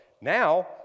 now